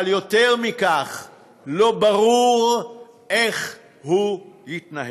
אבל יותר מזה: לא ברור איך הוא יתנהל.